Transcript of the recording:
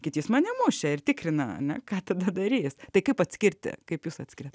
kad jis mane mušė ir tikrinam ane ką tada darys tai kaip atskirti kaip jūs atskiriat